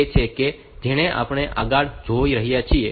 તેથી તે એ છે જેને આપણે આગળ જોવા જઈ રહ્યા છીએ